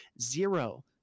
zero